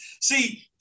See